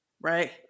Right